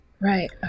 Right